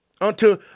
unto